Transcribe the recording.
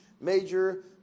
major